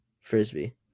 Frisbee